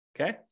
Okay